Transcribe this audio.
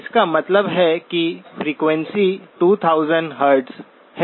इसका मतलब है कि फ्रीक्वेंसी 2000 हर्ट्ज है